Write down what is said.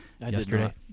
yesterday